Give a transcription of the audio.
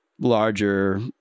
larger